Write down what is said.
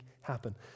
happen